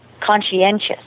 conscientious